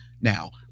now